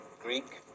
Greek